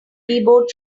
keyboard